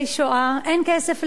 אין כסף לרווחה,